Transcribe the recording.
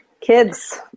Kids